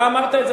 אתה אמרת את זה,